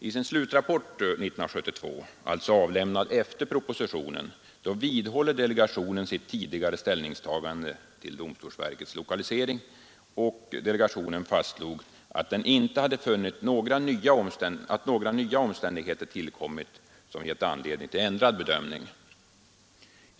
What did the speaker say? I sin slutrapport 1972, alltså avlämnad efter propositionen, vidhåller delegationen sitt tidigare ställningstagande till domstolsverkets lokalisering, och delegationen fastslår att den inte funnit att några nya omständigheter tillkommit som gett anledning till ändrad bedömning.